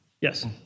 Yes